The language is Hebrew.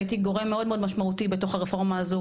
הייתי גורם מאוד מאוד משמעותי בתוך הרפורמה הזו,